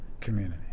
community